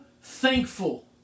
thankful